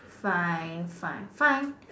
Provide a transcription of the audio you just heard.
fine fine fine